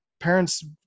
Parents